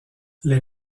les